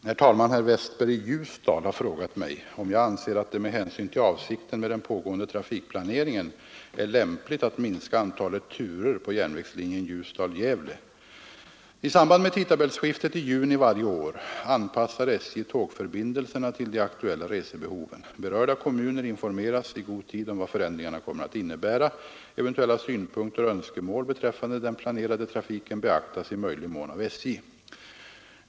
Herr talman! Herr Westberg i Ljusdal har frågat mig om jag anser att det med hänsyn till avsikten med den pågående trafikplaneringen är lämpligt att minska antalet turer på järnvägslinjen Ljusdal—Gävle. I samband med tidtabellsskiftet i juni varje år anpassar SJ tågförbindelserna till de aktuella resebehoven. Berörda kommuner informeras i god tid om vad förändringarna kommer att innebära. Eventuella synpunkter och önskemål beträffande den planerade trafiken beaktas i möjlig mån av SJ.